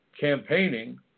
campaigning